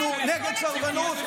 אנחנו נגד סרבנות.